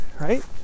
right